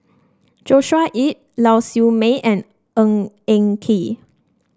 Joshua Ip Lau Siew Mei and Ng Eng Kee